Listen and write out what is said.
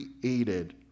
created